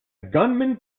gunman